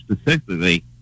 specifically